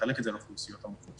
ולחלק את זה לאוכלוסיות המוחלשות.